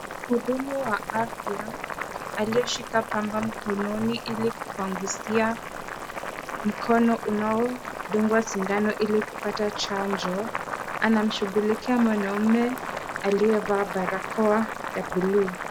Mhudumu wa afya aliyeshika pamba mkononi ili kupangusia mkono unaodundwa sindano ili kupata chanjo, anamshughulikia mwanaume aliyevaa barakoa ya buluu.